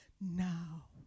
now